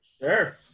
Sure